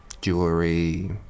jewelry